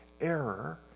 error